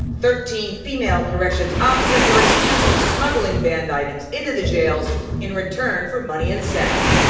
thirteen female corrections officers are accused of smuggling banned items into the jails in return for money and sex.